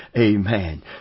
Amen